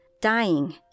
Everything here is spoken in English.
dying